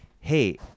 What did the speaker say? hey